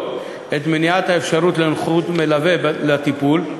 את מניעת האפשרות לנוכחות מלווה לטיפול,